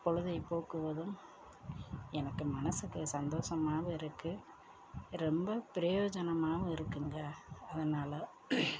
பொழுதை போக்குவதும் எனக்கு மனசுக்குள்ளே சந்தோஷமாகவும் இருக்குது ரொம்ப பிரயோஜனமாகவும் இருக்குதுங்க அதனால்